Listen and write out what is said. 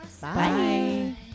Bye